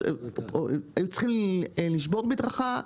אם צריכים לשבור מדרכה,